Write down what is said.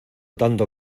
tanto